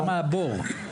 כמה הבור?